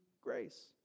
grace